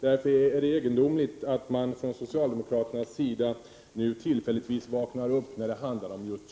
Således är det egendomligt att socialdemokraterna tillfälligtvis vaknar upp just när det handlar om kyrkan.